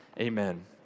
amen